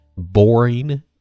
boring